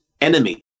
enemy